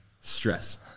stress